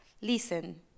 Listen